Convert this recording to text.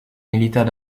militaire